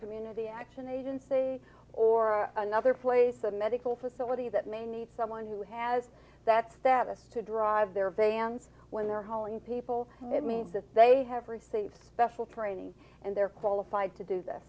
community action agency or another place a medical facility that may need someone who has that status to drive their vans when they're hauling people it means that they have received special training and they're qualified to do th